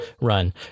run